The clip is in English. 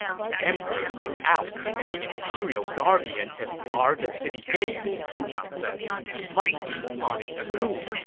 the emperor is out, and the imperial guardian has barred the city gates, xin chang said. he must be plotting a coup.